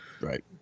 Right